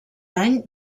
any